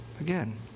again